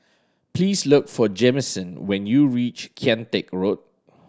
please look for Jamison when you reach Kian Teck Road